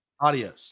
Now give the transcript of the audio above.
Adios